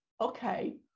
okay